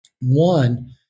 One